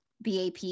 BAP